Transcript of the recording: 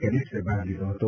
કેડેટ્સે ભાગ લીધો હતો